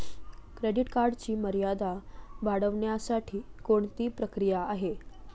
Credit कार्डची मर्यादा वाढवण्यासाठी कोणती प्रक्रिया आहे?